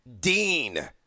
Dean